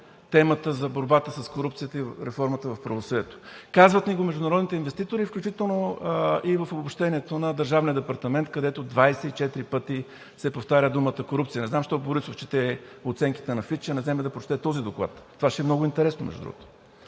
темата за борбата с корупцията и реформата в правосъдието. Казват ни го международните инвеститори, включително и в обобщението на Държавния департамент, където 24 пъти се повтаря думата „корупция“. Не знам защо Борисов чете оценките на агенция „Фич“, а не вземе да прочете този доклад? Това ще е много интересно, между другото.